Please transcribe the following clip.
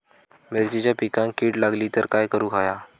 मिरचीच्या पिकांक कीड लागली तर काय करुक होया?